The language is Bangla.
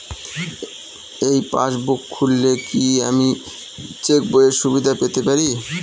এই পাসবুক খুললে কি আমি চেকবইয়ের সুবিধা পেতে পারি?